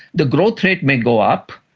the growth rate may go up,